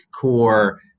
core